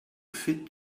fit